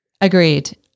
Agreed